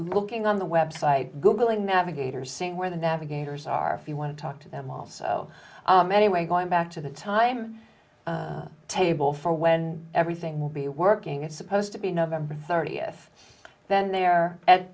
looking on the web site googling navigators seeing where the navigators are you want to talk to them all so anyway going back to the time table for when everything will be working it's supposed to be november thirtieth then they're at